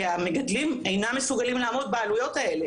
כי המגדלים אינם מסוגלים לעמוד בעלויות האלה,